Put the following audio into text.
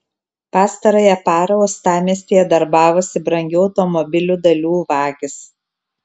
pastarąją parą uostamiestyje darbavosi brangių automobilių dalių vagys